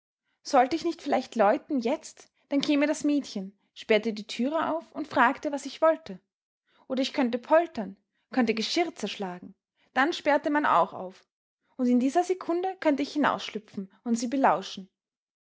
sollte ich nicht vielleicht läuten jetzt dann käme das mädchen sperrte die tür auf und fragte was ich wollte oder ich könnte poltern könnte geschirr zerschlagen dann sperrte man auch auf und in dieser sekunde könnte ich hinausschlüpfen und sie belauschen